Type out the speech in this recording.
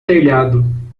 telhado